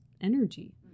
energy